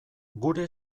gure